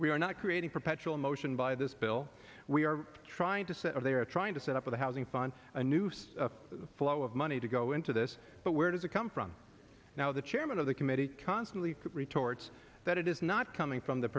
we are not creating perpetual motion by this bill we are trying to say they are trying to set up the housing finance a noose the flow of money to go into this but where does it come from now the chairman of the committee constantly retorts that it is not coming from the